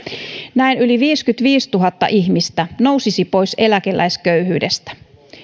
näin yli viisikymmentäviisituhatta ihmistä nousisi pois eläkeläisköyhyydestä